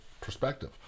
perspective